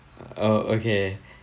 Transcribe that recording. oh okay